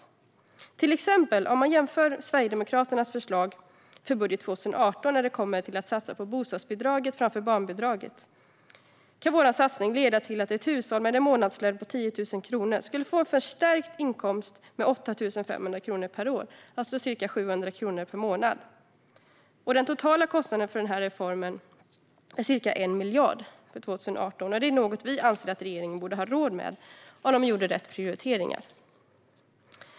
Om man till exempel genomför Sverigedemokraternas förslag för budget 2018 när det kommer till att satsa på bostadsbidraget framför barnbidraget kan vår satsning leda till att ett hushåll med en månadslön på 10 000 kronor skulle få en förstärkt inkomst med 8 500 kronor per år, alltså ca 700 kronor per månad. Den totala kostnaden för denna reform är ca 1 miljard för 2018. Det är något vi anser att regeringen borde ha råd med om den gör rätt prioriteringar.